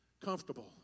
comfortable